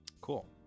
cool